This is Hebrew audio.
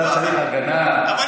אתה צריך הגנה, אתה?